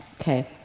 okay